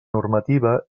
normativa